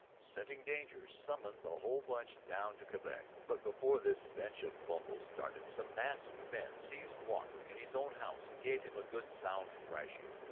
scenting danger, summoned the whole bench down to quebec. but before this bench of bumbles started some masked men seized walker in his own house and gave him a good sound thrashing.